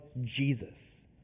Jesus